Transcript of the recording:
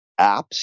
apps